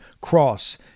cross